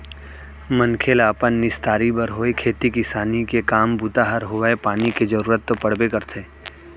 मनखे ल अपन निस्तारी बर होय खेती किसानी के काम बूता बर होवय पानी के जरुरत तो पड़बे करथे